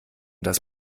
das